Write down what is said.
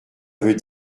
veut